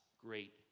great